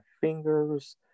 fingers